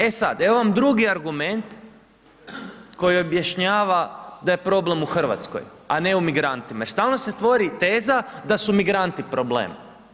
E sad, evo vam drugi argument koji objašnjava da je problem u Hrvatskoj, a ne u migrantima jer stalno se stvori teza da su migranti problem.